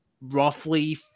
roughly